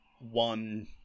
one